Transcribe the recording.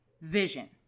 vision